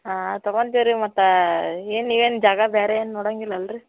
ಹಾಂ ತಗೊಂತೀವಿ ರೀ ಮತ್ತು ಏನು ಏನು ಜಾಗ ಬೇರೆ ಏನೂ ನೋಡಂಗಿಲ್ಲ ಅಲ್ಲರೀ